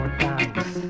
thanks